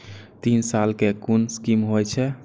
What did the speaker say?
तीन साल कै कुन स्कीम होय छै?